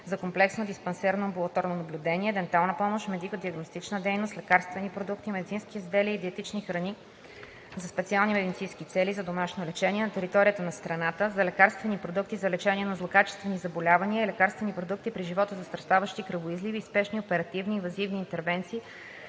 за комплексно диспансерно (амбулаторно) наблюдение; дентална помощ; медико-диагностична дейност; лекарствени продукти, медицински изделия и диетични храни за специални медицински цели за домашно лечение на територията на страната, за лекарствени продукти за лечение на злокачествени заболявания и лекарствени продукти при животозастрашаващи кръвоизливи и спешни оперативни и инвазивни интервенции